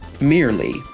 merely